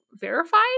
verified